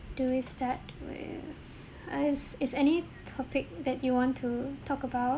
do we start with err is is any topic that you want to talk about